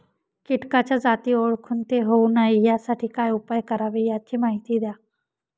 किटकाच्या जाती ओळखून ते होऊ नये यासाठी काय उपाय करावे याची माहिती द्या